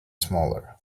smaller